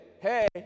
hey